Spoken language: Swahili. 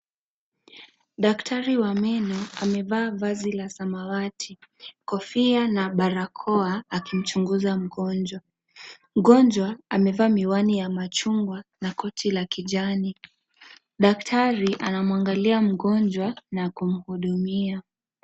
Daktari wameno amevaa vazi la samawati kofia na barakoa akimchunguza mgonjwa, mgonjwa amevaa miwani ya machungwa na koti la kijani. Daktari anamwangalia mgonjwa na kumhudumia.